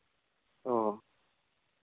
ᱚ